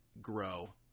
grow